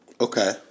Okay